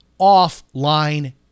offline